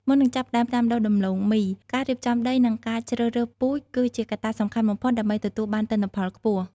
មុននឹងចាប់ផ្ដើមដាំដុះដំឡូងមី ការរៀបចំដី និងការជ្រើសរើសពូជគឺជាកត្តាសំខាន់បំផុតដើម្បីទទួលបានទិន្នផលខ្ពស់។